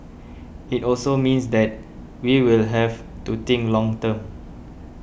it also means that we will have to think long term